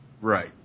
Right